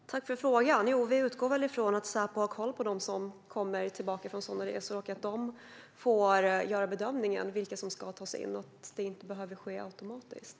Fru talman! Tack för frågan, Roger Haddad! Vi utgår väl ifrån att Säpo har koll på dem som kommer tillbaka från sådana resor och att Säpo får göra bedömningen gällande vilka som ska tas in. Det behöver inte ske automatiskt.